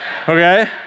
okay